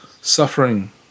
suffering